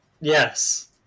Yes